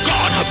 God